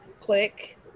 click